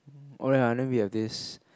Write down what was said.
oh ye then we have this